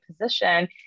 position